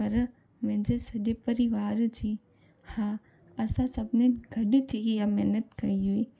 पर मुंहिंजे सॼे परिवार जी हा असां सभिनी गॾु थी हीअ महिनत कई हुई